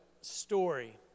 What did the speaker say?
story